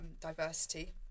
diversity